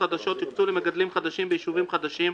החדשות יוקצו למגדלים חדשים ביישובים חדשים,